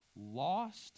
lost